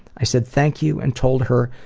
i said thank you and told her,